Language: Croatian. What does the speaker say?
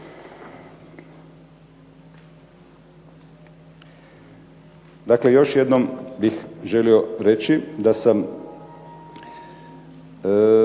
Dakle, još jednom bih želio reći da sam